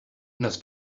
nos